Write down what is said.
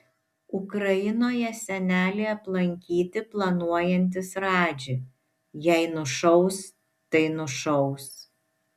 ukrainoje senelį aplankyti planuojantis radži jei nušaus tai nušaus